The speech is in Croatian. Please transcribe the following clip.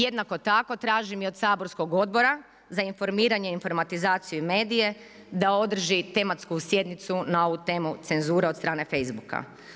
Jednako tako tražim i od saborskog odbora za informiranje, informatizaciju i medije da održi tematsku sjednicu, na ovu temu, cenzura od strane Facebooka.